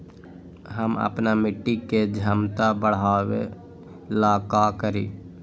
हम अपना मिट्टी के झमता बढ़ाबे ला का करी?